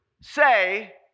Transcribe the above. say